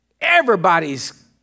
Everybody's